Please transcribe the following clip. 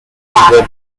stampede